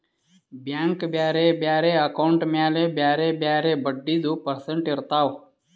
bank ಬ್ಯಾರೆ ಬ್ಯಾರೆ account ಮ್ಯಾಲ ಬ್ಯಾರೆ ಬ್ಯಾರೆ ಬಡ್ಡಿದು ಪರ್ಸೆಂಟ್ ಇರ್ತಾವ್